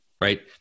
right